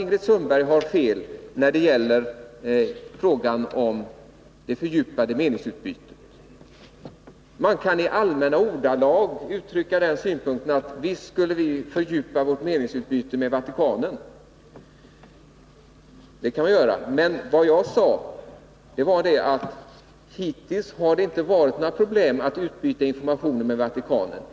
Ingrid Sundberg har också fel när det gäller frågan om det fördjupade meningsutbytet. Man kan i allmänna ordalag uttrycka synpunkten att vi borde fördjupa vårt meningsutbyte med Vatikanen. Men hittills har det inte varit några problem att utbyta informationer med Vatikanen.